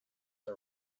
are